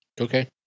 Okay